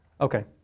okay